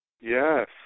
Yes